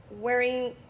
wearing